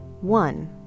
One